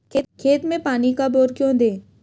खेत में पानी कब और क्यों दें?